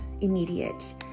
immediate